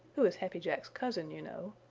who is happy jack's cousin you know,